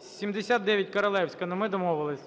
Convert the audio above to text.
79, Королевська. Ми домовилися.